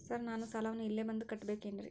Sir ನಾನು ಸಾಲವನ್ನು ಇಲ್ಲೇ ಬಂದು ಕಟ್ಟಬೇಕೇನ್ರಿ?